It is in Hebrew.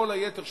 כל היתר,